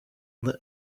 the